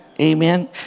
amen